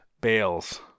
bales